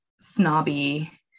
snobby